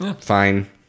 Fine